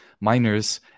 miners